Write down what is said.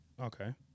Okay